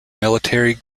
military